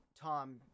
Tom